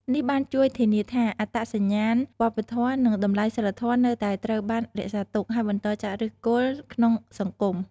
នេះបានជួយធានាថា អត្តសញ្ញាណវប្បធម៌ និងតម្លៃសីលធម៌នៅតែត្រូវបានរក្សាទុក ហើយបន្តចាក់ឫសគល់ក្នុងសង្គម។